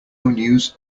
news